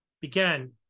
began